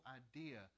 idea